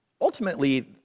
Ultimately